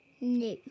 no